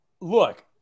Look